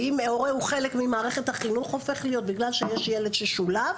האם הורה הוא חלק ממערכת החינוך הופך להיות בגלל שיש ילד ששולב?